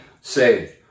saved